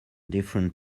different